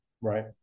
Right